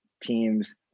teams